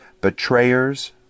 betrayers